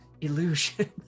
illusion